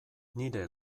nire